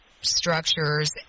structures